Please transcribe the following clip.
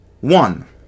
One